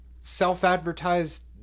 self-advertised